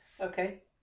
Okay